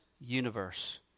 universe